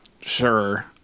Sure